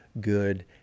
Good